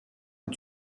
est